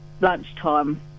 lunchtime